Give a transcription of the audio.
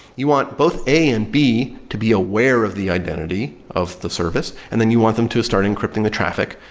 you want both a and b to be aware of the identity of the service. and then you want them to start encrypting the traffic.